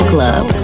Club